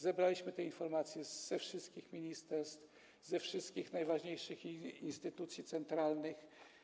Zebraliśmy informacje ze wszystkich ministerstw, ze wszystkich najważniejszych instytucji centralnych.